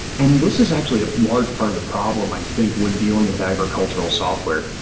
and this is actually a large part of the problem, i think, when dealing with agricultural software.